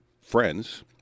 friends